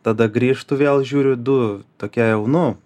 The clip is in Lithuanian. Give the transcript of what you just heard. tada grįžtu vėl žiūriu du tokie jau nu